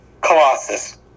Colossus